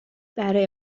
برای